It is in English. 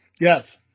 Yes